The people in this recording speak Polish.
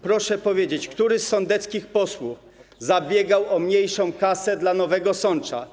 Proszę powiedzieć, który z sądeckich posłów zabiegał o mniejszą kasę dla Nowego Sącza.